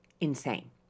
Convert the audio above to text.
Insane